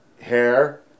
hair